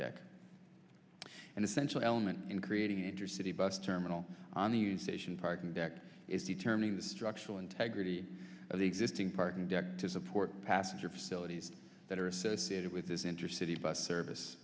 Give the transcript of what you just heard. deck and essential element in creating an intercity bus terminal on the use station parking deck is determining the structural integrity of the existing parking deck to support passenger facilities that are associated with this intercity bus service